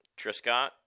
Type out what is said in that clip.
Triscott